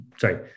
sorry